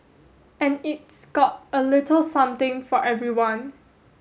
and it's got a little something for everyone